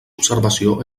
observació